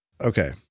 Okay